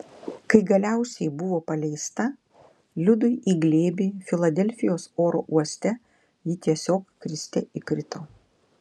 kai galiausiai buvo paleista liudui į glėbį filadelfijos oro uoste ji tiesiog kriste įkrito